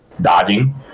dodging